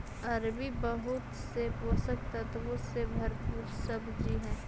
अरबी बहुत से पोषक तत्वों से भरपूर सब्जी हई